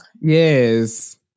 Yes